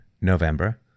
November